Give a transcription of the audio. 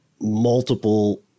multiple